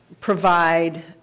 provide